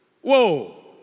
Whoa